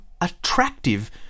attractive